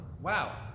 wow